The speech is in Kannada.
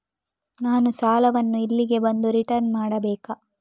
ನಾನು ಸಾಲವನ್ನು ಇಲ್ಲಿಗೆ ಬಂದು ರಿಟರ್ನ್ ಮಾಡ್ಬೇಕಾ?